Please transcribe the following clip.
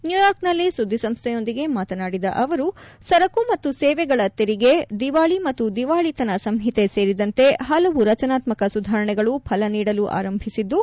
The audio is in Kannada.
ನ್ಲೂಯಾರ್ಕ್ನಲ್ಲಿ ಸುದ್ಗಿಸಂಸ್ಲೆಯೊಂದಿಗೆ ಮಾತನಾಡಿದ ಅವರು ಸರಕು ಮತ್ತು ಸೇವೆಗಳ ತೆರಿಗೆ ದಿವಾಳಿ ಮತ್ತು ದಿವಾಳಿತನ ಸಂಹಿತೆ ಸೇರಿದಂತೆ ಹಲವು ರಚನಾತ್ಮಕ ಸುಧಾರಣೆಗಳು ಫಲ ನೀಡಲು ಆರಂಭಿಸಿದ್ಲು